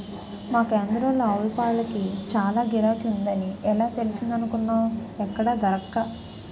మా కేంద్రంలో ఆవుపాలకి చాల గిరాకీ ఉందని ఎలా తెలిసిందనుకున్నావ్ ఎక్కడా దొరక్క